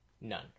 None